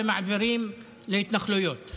ומעבירים להתנחלויות.